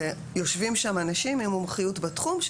יושבים שם אנשים עם מומחיות בתחום,